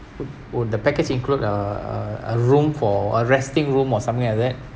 wou~ would the package include uh uh a room for uh resting room or something like that